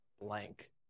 blank